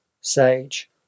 sage